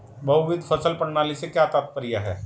बहुविध फसल प्रणाली से क्या तात्पर्य है?